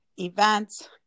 events